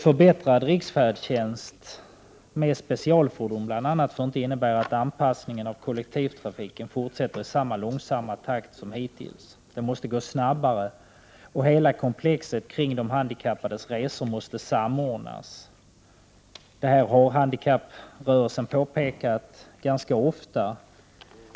Förbättrad riksfärdtjänst med bl.a. specialfordon får inte innebära att anpassningen av kollektivtrafiken fortsätter i samma långsamma tak som hittills. Det måste gå snabbare, och hela komplexet kring de handikappades resor måste samordnas. Det här har handikapprörelsen påpekat ganska ofta.